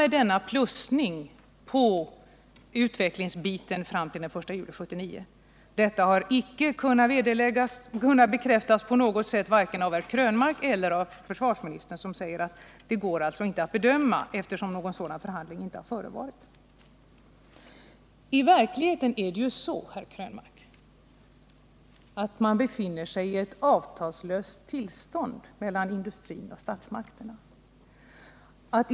Detta har icke på något sätt kunnat bekräftas vare sig av herr Krönmark eller av försvarsministern, som säger att detta påstående inte kan bedömas, eftersom någon sådan förhandling inte har genomförts. I verkligheten är det så, herr Krönmark, att industrin och statsmakterna befinner sig i ett avtalslöst tillstånd.